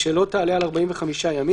ושלא תעלה על 45 ימים.